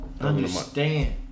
UNDERSTAND